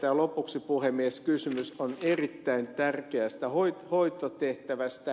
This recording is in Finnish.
ja lopuksi puhemies kysymys on erittäin tärkeästä hoitotehtävästä